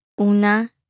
una